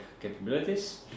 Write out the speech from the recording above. capabilities